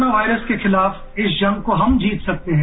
corona virus के खिलाफ इस जंग को हम जीत सकते हैं